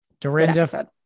Dorinda